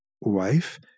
wife